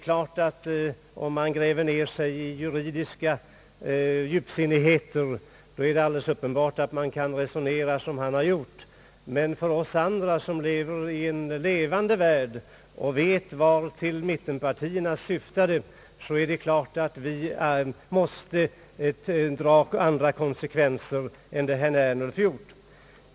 Om man gräver ner sig i juridiska djupsinnigheter är det alldeles uppenbart att man kan resonera så som han har gjort. Men för oss andra som lever i en levande värld och vet vartill mittenpartierna syftade är det klart att vi måste dra andra konsekvenser än dem herr Ernulf har dragit.